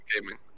Gaming